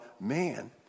man